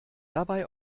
dabei